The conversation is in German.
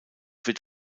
wird